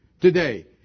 today